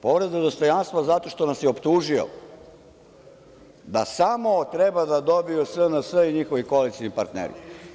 Povreda dostojanstva zato što nas je optužio, da samo treba da dobiju SNS i njihovi koalicioni partneri.